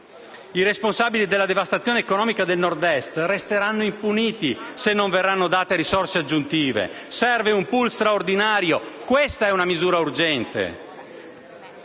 I responsabili della devastazione economica del Nord-Est resteranno impuniti se non verranno date risorse aggiuntive. Serve un *pool* straordinario: questa è una misura urgente.